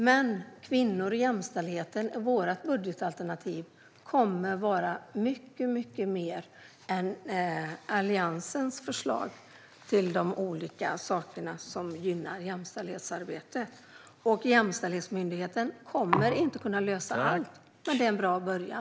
Män, kvinnor och jämställdheten kommer med vårt budgetalternativ att få mer än med Alliansens förslag till vad som ska gynna jämställdhetsarbetet. Jämställdhetsmyndigheten kommer inte att lösa allt, men den är en bra början.